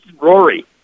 Rory